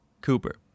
Cooper